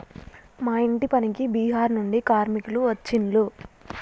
మా ఇంటి పనికి బీహార్ నుండి కార్మికులు వచ్చిన్లు